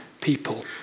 people